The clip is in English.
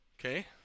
Okay